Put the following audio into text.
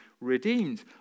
redeemed